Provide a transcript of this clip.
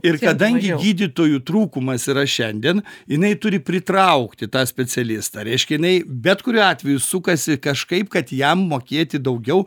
ir kadangi gydytojų trūkumas yra šiandien jinai turi pritraukti tą specialistą reiškia jinai bet kuriuo atveju sukasi kažkaip kad jam mokėti daugiau